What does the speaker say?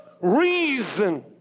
reason